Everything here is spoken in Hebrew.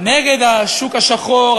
נגד השוק השחור,